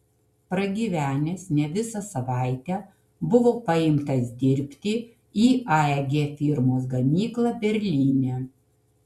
pragyvenęs ne visą savaitę buvo paimtas dirbti į aeg firmos gamyklą berlyne